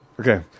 Okay